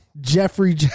Jeffrey